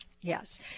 Yes